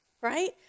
right